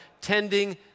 tending